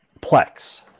plex